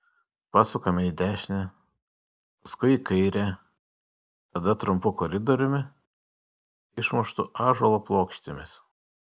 pasukame į dešinę paskui į kairę tada trumpu koridoriumi išmuštu ąžuolo plokštėmis